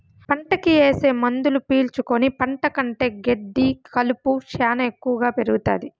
పంటకి ఏసే మందులు పీల్చుకుని పంట కంటే గెడ్డి కలుపు శ్యానా ఎక్కువగా పెరుగుతాది